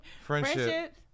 friendship